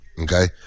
Okay